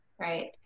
Right